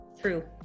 True